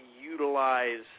utilize